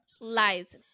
lies